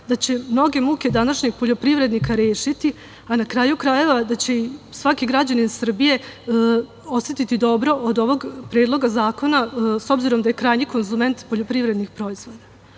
da će mnoge muke današnjih poljoprivrednika rešiti, a na kraju krajeva da će svaki građanin Srbije osetiti dobro od ovog predloga zakona s obzirom da je krajnji konzument poljoprivrednih proizvoda.